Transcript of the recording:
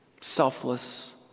selfless